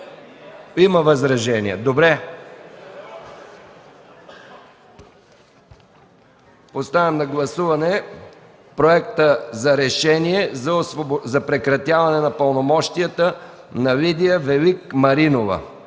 Има възражения. Добре. Поставям на гласуване Проекта за решение за прекратяване на пълномощията на Лидия Велик Маринова